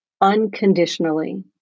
unconditionally